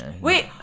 Wait